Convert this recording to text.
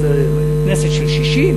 אז זו כנסת של 60,